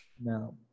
no